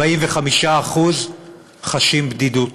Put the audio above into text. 45% חשים בדידות.